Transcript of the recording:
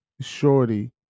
Shorty